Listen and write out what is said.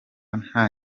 nta